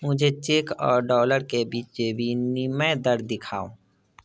मुझे चेक और डॉलर के बीच विनिमय दर दिखाओ